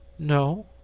no.